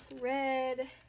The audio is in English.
red